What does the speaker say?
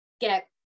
get